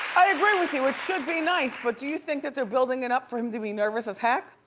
i agree with you, it should be nice, but do you think that they're building it up for him to be nervous as heck?